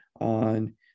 on